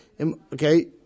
okay